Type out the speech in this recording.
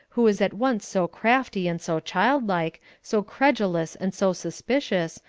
who was at once so crafty and so childlike, so credulous and so suspicious,